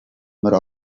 морь